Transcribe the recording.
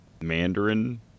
Mandarin